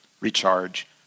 recharge